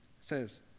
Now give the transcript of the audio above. says